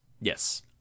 Yes